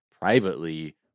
privately